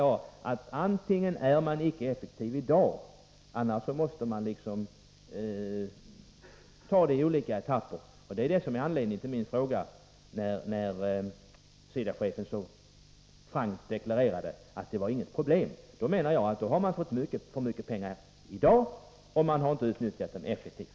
Jag menar att antingen är man i dag icke effektiv på SIDA, eller också måste rationaliseringen ta längre tid. Man måste ta den i olika etapper. Anledningen till min fråga är att SIDA-chefen så frankt deklarerade att det inte var något problem. Då menar jag att SIDA hittills har fått för mycket pengar och att man inte utnyttjat pengarna effektivt.